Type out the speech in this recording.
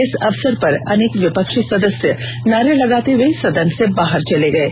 इस अवसर पर अनेक विपक्षी सदस्य नारे लगाते हुए सदन से बाहर चले गये